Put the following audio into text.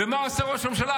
ומה עושה ראש הממשלה,